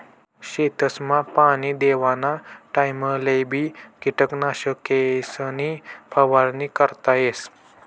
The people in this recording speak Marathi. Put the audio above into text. शेतसमा पाणी देवाना टाइमलेबी किटकनाशकेसनी फवारणी करता येस